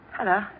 Hello